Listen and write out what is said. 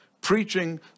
preaching